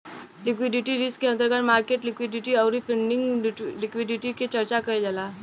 liquidity risk के अंतर्गत market liquidity अउरी फंडिंग लिक्विडिटी के चर्चा कईल जाला